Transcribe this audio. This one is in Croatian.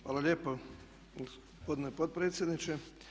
Hvala lijepa gospodine potpredsjedniče.